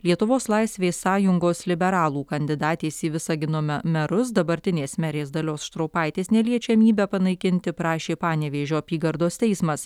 lietuvos laisvės sąjungos liberalų kandidatės į visagino me merus dabartinės merės dalios štraupaitės neliečiamybę panaikinti prašė panevėžio apygardos teismas